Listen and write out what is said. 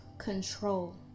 control